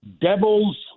Devils